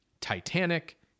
Titanic